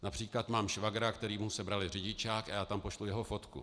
Například mám švagra, kterému sebrali řidičák, a já tam pošlu jeho fotku.